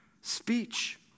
speech